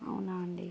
అవునా అండీ